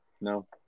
No